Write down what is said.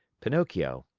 pinocchio,